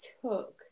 took